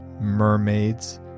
mermaids